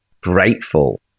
grateful